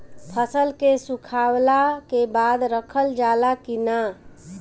फसल के सुखावला के बाद रखल जाला कि न?